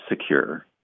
secure